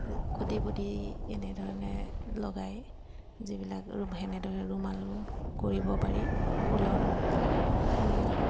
খুটি পুতি এনেধৰণে লগাই যিবিলাক তেনেদৰে ৰুমালো কৰিব পাৰি ঊলৰ ৰুমাল